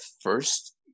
first